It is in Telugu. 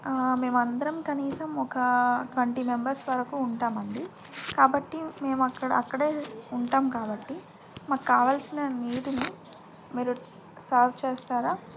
మేము అందరం కనీసం ఒక ట్వంటీ మెంబర్స్ వరకు ఉంటామండి కాబట్టి మేము అక్కడే ఉంటాం కాబట్టి మాకు కావాల్సిన నీటిని మీరు సర్వ్ చేస్తారా